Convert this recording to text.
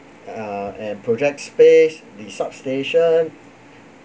uh and project space the substation